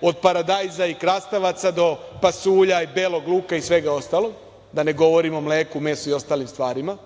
od paradajza i krastavaca do pasulja, belog luka i svega ostalo, da ne govorim o mleku, mesu i ostalim stvarima,